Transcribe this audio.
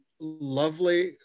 lovely